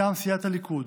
מטעם סיעת הליכוד,